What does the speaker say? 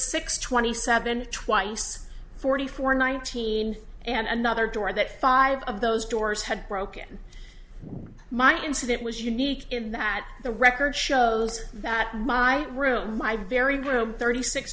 six twenty seven twice forty four nineteen and another door that five of those doors had broken my incident was unique in that the record shows that my room my very room thirty six